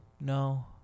No